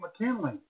McKinley